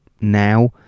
now